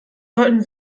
sollten